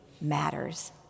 matters